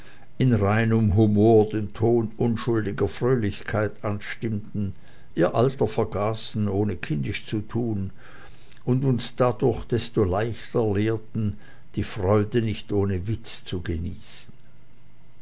in reinem humor den ton unschuldiger fröhlichkeit anstimmten ihr alter vergaßen ohne kindisch zu tun und uns dadurch desto leichter lehrten die freude nicht ohne witz zu genießen